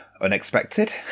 unexpected